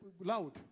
loud